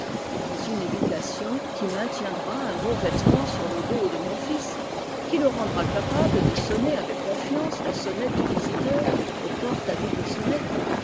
mais une éducation qui maintiendra un bon vêtement sur le dos de mon fils qui le rendra capable de sonner avec confiance la sonnette du visiteur aux portes à doubles sonnettes